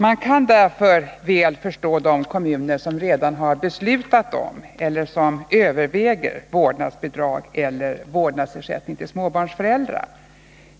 Man kan därför väl förstå de kommuner som redan har beslutat om eller som överväger vårdnadsbidrag eller vårdnadsersättning till småbarnsföräldrar.